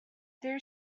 their